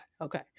Okay